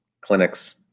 clinics